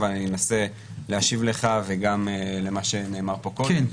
אבל אני אנסה להשיב לך וגם למה שנאמר פה קודם -- כן.